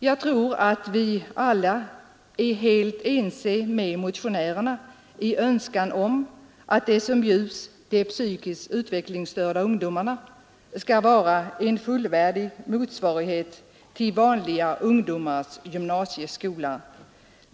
Jag tror att vi alla är helt ense med motionärerna i önskan om att vad som bjuds de psykiskt utvecklingsstörda ungdomarna skall vara en fullvärdig motsvarighet till vanliga ungdomars gymnasieskola.